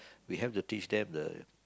we have to teach them the